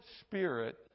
spirit